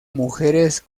mujeres